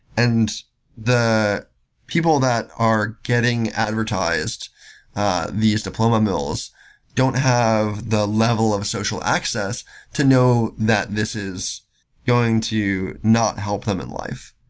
and the people that are getting advertised these diploma mills don't have the level of social access to know that this is going to not help them in life.